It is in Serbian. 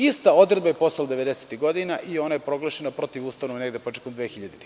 Ista odredba je postojala 90-ih godina i ona je proglašena protivustavnom negde početkom 2000. godine.